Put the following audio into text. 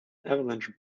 avalanche